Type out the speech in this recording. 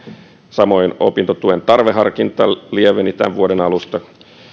samoin opintotuen tarveharkinta lieveni tämän vuoden alusta